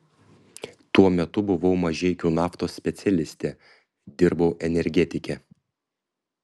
tuo metu buvau mažeikių naftos specialistė dirbau energetike